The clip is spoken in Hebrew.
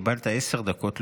קיבלת עשר דקות,